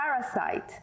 parasite